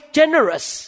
generous